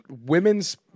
Women's